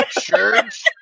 church